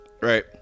right